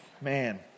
man